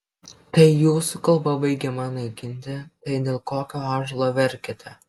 tai jūsų kalba baigiama naikinti tai dėl kokio ąžuolo verkiate